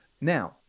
Now